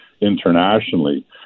internationally